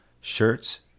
shirts